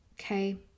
okay